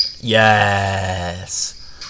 Yes